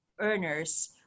earners